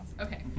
Okay